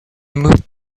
moved